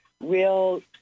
real